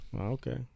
Okay